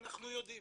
אנחנו יודעים,